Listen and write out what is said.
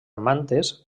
mantes